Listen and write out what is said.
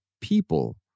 people